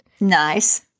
Nice